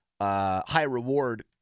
high-reward